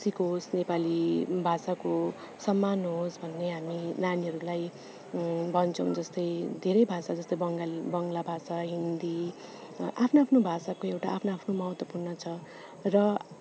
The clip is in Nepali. सिकोस् नेपाली भाषाको सम्मान होस् भन्ने हामी नानीहरूलाई भन्छौँ जस्तै धेरै भाषा जस्तै बङ्गाली बङ्गला भाषा हिन्दी आफ्नो आफ्नो भाषाको एउटा आफ्नो आफ्नो महत्त्वपूर्ण छ र